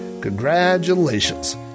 Congratulations